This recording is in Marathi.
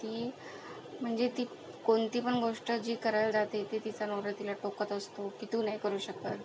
ती म्हणजे ती कोणती पण गोष्ट जी करायला जाते ते तिचा नवरा तिला टोकत असतो की तू नाही करू शकत